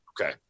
Okay